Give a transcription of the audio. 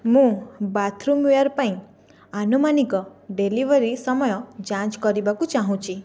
ମୁଁ bathroom ware ପାଇଁ ଆନୁମାନିକ ଡେଲିଭରି ସମୟ ଯାଞ୍ଚ କରିବାକୁ ଚାହୁଁଛି